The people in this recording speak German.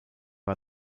war